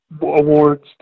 awards